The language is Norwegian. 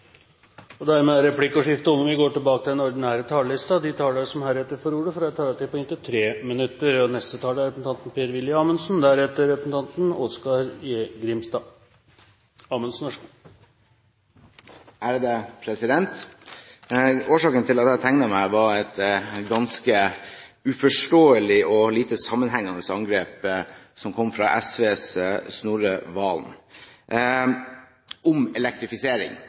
skriftlig. Dermed er replikkordskiftet over. De talere som heretter får ordet, har en taletid på inntil 3 minutter. Årsaken til at jeg tegnet meg på talerlisten, var et ganske uforståelig og lite sammenhengende angrep som kom fra SVs Snorre Serigstad Valen om elektrifisering